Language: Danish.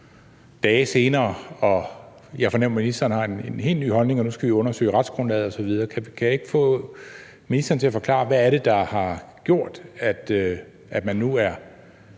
dage senere, og jeg fornemmer, at ministeren har en helt ny holdning, og at vi nu skal undersøge retsgrundlaget osv. Kan jeg ikke få ministeren til at forklare, hvad det er, der har gjort, at man nu er